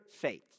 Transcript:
faith